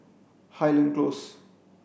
Highland Close